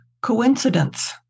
Coincidence